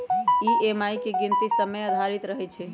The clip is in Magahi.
ई.एम.आई के गीनती समय आधारित रहै छइ